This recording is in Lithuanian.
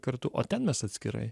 kartu o ten mes atskirai